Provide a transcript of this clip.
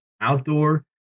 outdoor